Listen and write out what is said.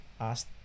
asked